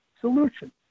solution